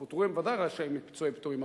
פוטרו הם בוודאי רשאים לפיצויי פיטורים,